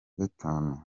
gatanu